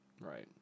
right